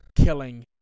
killing